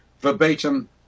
verbatim